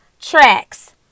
tracks